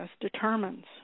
determines